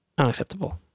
Unacceptable